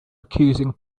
accusing